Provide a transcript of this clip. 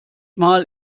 mal